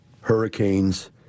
hurricanes